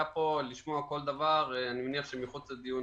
לשמוע כל דבר מחוץ לדיון